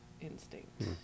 instinct